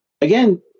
again